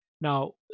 Now